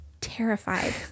terrified